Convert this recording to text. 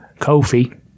Kofi